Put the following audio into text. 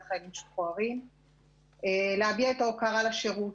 חיילים משוחררים להביע את ההוקרה לשירות,